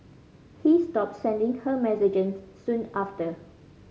he stopped sending her messages soon after